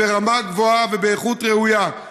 ברמה גבוהה ובאיכות ראויה,